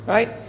Right